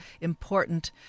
important